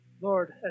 Lord